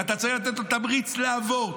ואתה צריך לתת לה תמריץ לעבור,